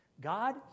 God